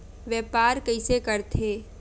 व्यापार कइसे करथे?